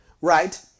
right